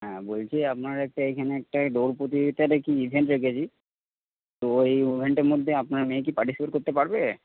হ্যাঁ বলছি আপনার একটা এখানে একটা দৌঁড় প্রতিযোগিতার ইভেন্ট রেখেছি তো এই ইভেন্টের মধ্যে আপনার মেয়ে কি পার্টিসিপেট করতে পারবে